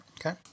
okay